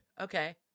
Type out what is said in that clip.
Okay